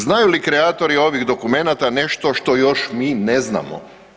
Znaju li kreatori ovih dokumenata nešto što još mi ne znamo?